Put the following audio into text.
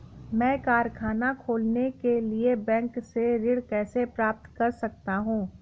मैं कारखाना खोलने के लिए बैंक से ऋण कैसे प्राप्त कर सकता हूँ?